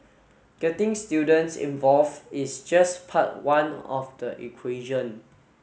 getting students involve is just part one of the equation